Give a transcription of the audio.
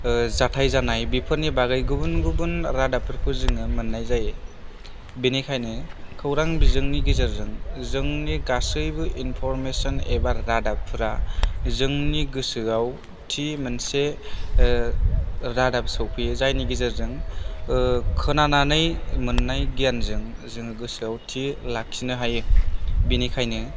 जाथाय जानाय बेफोरनि बागै गुबुन गुबुन रादाबफोरखौ जोङो मोननाय जायो बेनिखायनो खौरां बिजोंनि गेजेरजों जोंनि गासैबो इनफरमेसन एबा रादाबफोरा जोंनि गोसोआव थि मोनसे रादाब सफैयो जायनि गेजेरजों खोनानानै मोननाय गियानजों जोङो गोसोआव थि लाखिनो हायो बेनिखायनो